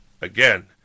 Again